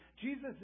Jesus